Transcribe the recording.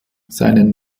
seinen